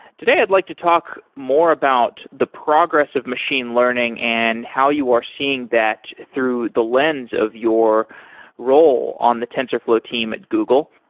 today i'd like to talk more about the progress of machine learning and how you are seeing that through the lens of your role on the tensorflow team at google.